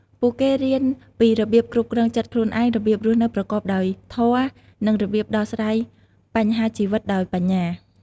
ពួកគេរៀនពីរបៀបគ្រប់គ្រងចិត្តខ្លួនឯង របៀបរស់នៅប្រកបដោយធម៌ និងរបៀបដោះស្រាយបញ្ហាជីវិតដោយបញ្ញា។